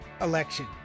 election